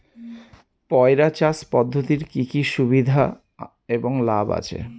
পয়রা চাষ পদ্ধতির কি কি সুবিধা এবং লাভ আছে?